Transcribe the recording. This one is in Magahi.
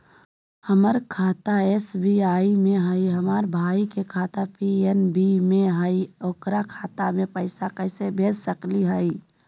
हमर खाता एस.बी.आई में हई, हमर भाई के खाता पी.एन.बी में हई, ओकर खाता में पैसा कैसे भेज सकली हई?